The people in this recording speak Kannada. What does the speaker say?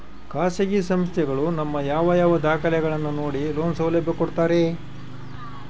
ಖಾಸಗಿ ಸಂಸ್ಥೆಗಳು ನಮ್ಮ ಯಾವ ಯಾವ ದಾಖಲೆಗಳನ್ನು ನೋಡಿ ಲೋನ್ ಸೌಲಭ್ಯ ಕೊಡ್ತಾರೆ?